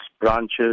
branches